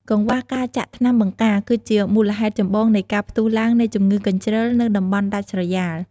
កង្វះការចាក់ថ្នាំបង្ការ គឺជាមូលហេតុចម្បងនៃការផ្ទុះឡើងនៃជម្ងឺកញ្ជ្រឹលនៅតំបន់ដាច់ស្រយាល។